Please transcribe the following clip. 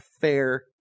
fair